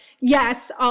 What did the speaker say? yes